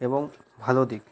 এবং ভালো দিক